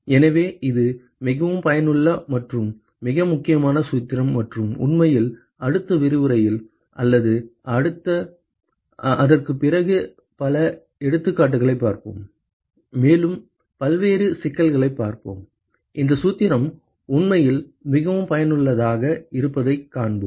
எனவே இது மிகவும் பயனுள்ள மற்றும் மிக முக்கியமான சூத்திரம் மற்றும் உண்மையில் அடுத்த விரிவுரையில் அல்லது அதற்குப் பிறகு பல எடுத்துக்காட்டுகளைப் பார்ப்போம் மேலும் பல்வேறு சிக்கல்களைப் பார்ப்போம் இந்த சூத்திரம் உண்மையில் மிகவும் பயனுள்ளதாக இருப்பதைக் காண்போம்